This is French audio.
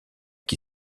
qui